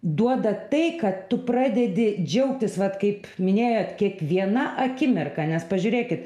duoda tai kad tu pradedi džiaugtis vat kaip minėjot kiekviena akimirka nes pažiūrėkit